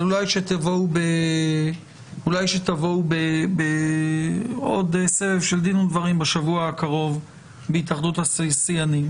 אולי תבואו לעוד סבב של דין ודברים עם התאחדות התעשיינים